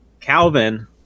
Calvin